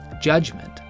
Judgment